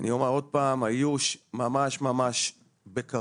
אני אומר עוד פעם: האיוש ממש ממש בקרוב.